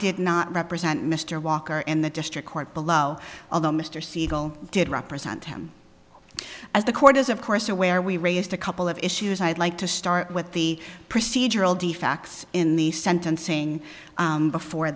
did not represent mr walker in the district court below although mr siegel did represent him as the court is of course aware we raised a couple of issues i'd like to start with the procedural defects in the sentencing before